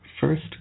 first